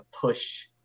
push